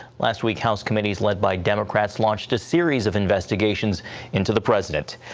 last week house committees led by democrats launched a series of investigations into the president.